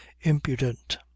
impudent